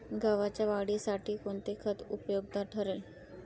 गव्हाच्या वाढीसाठी कोणते खत उपयुक्त ठरेल?